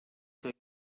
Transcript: isegi